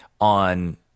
on –